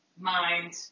mind